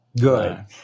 good